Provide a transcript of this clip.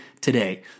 today